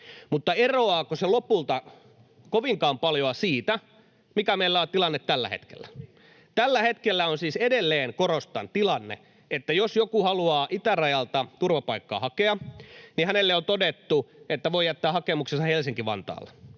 Mutta eroaako se lopulta kovinkaan paljoa siitä, mikä meillä on tilanne tällä hetkellä? [Päivi Räsänen: Juuri näin!] Tällä hetkellä on siis edelleen — korostan — tilanne, että jos joku haluaa itärajalta turvapaikkaa hakea, niin hänelle on todettu, että voi jättää hakemuksensa Helsinki—Vantaalla.